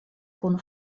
kun